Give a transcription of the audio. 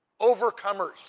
Overcomers